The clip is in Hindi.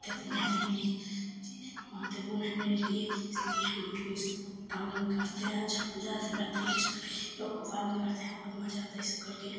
महत्वपूर्ण है मेरे लिए महत्वपूर्ण है मेरे लिए इसलिए हमलोग भी इसको पालन करते हैं छठ पूजा शिवरात्रि कृष्णा लोग खूब पालन करते हैं बहुत मज़ा आता है यह सब करके